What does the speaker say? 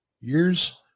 years